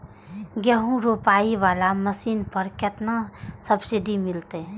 गेहूं रोपाई वाला मशीन पर केतना सब्सिडी मिलते?